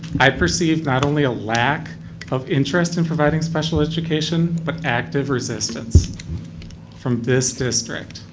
i perceive not only a lack of interest in providing special education, but active resistance from this district.